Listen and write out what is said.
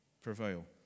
prevail